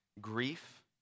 grief